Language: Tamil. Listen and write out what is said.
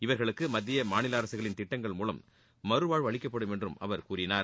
இவர்களுக்கு மத்திய மாநில அரசுகளின் திட்டங்கள் மூலம் மறுவாழ்வு அளிக்கப்படும் என்றம் அவர் கூறினார்